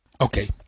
Okay